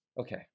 Okay